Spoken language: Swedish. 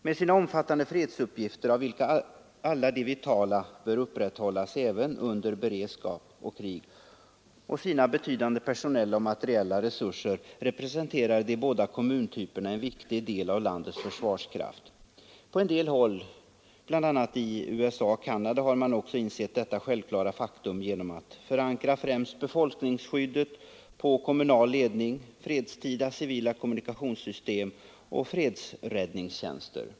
Med sina omfattande fredsuppgifter — av vilka alla de vitala bör upprätthållas även under beredskap och krig — och sina betydande personella och materiella resurser representerar de båda kommuntyperna en viktig del av landets försvarskraft. På en del håll, bl.a. i USA och Canada, har man också insett detta självklara faktum och förankrat främst befolkningsskyddet i kommunal ledning, fredstida civila kommunikationssystem och fredsräddningstjänster.